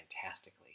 fantastically